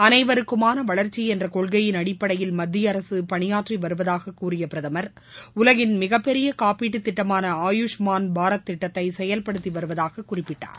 அனைவருக்குமான வளர்ச்சி என்ற கொள்கையின் அடிப்படையில் மத்திய அரசு பணியாற்றி வருவதாக கூறிய பிரதமர் உலகின் மிகப்பெரிய காப்பீட்டு திட்டமான ஆயுஷ்மான் பாரத் திட்டத்தை செயல்படுத்தி வருவதாக குறிப்பிட்டார்